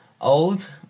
old